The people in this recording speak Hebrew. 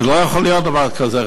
לא יכול להיות דבר כזה.